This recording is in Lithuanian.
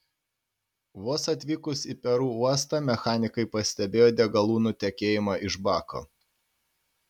vos atvykus į peru uostą mechanikai pastebėjo degalų nutekėjimą iš bako